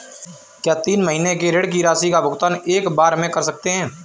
क्या तीन महीने के ऋण की राशि का भुगतान एक बार में कर सकते हैं?